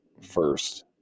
first